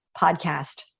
podcast